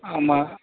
ஆமாம்